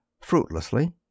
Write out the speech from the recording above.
fruitlessly